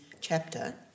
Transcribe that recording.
chapter